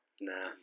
Nah